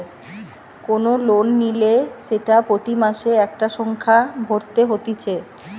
কোন লোন নিলে সেটা প্রতি মাসে একটা সংখ্যা ভরতে হতিছে